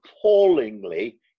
appallingly